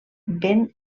ben